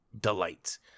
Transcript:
delights